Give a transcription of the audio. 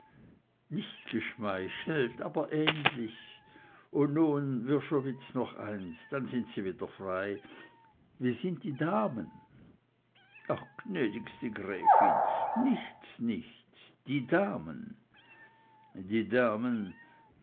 nicht geschmeichelt aber ähnlich und nun wrschowitz noch eins dann sind sie wieder frei wie sind die damen ach gnädigste gräfin nichts nichts die damen die damen